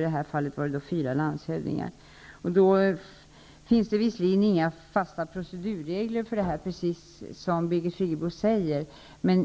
I det här fallet handlade det om fyra landshövdingar. Det finns visserligen inga fasta procedurregler här, precis som Birgit Friggebo säger.